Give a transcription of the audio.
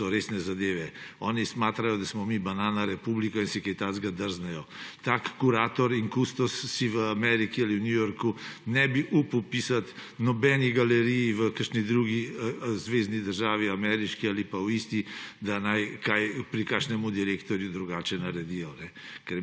so to resne zadeve. Oni smatrajo, da smo mi banana republika in si kaj takega drznejo. Tak kurator in kustos si v Ameriki ali v New Yorku ne bi upal pisati nobeni galeriji v kakšni drugi zvezni ameriški državi ali pa v isti, da naj kaj pri kakšen direktorju drugače naredijo,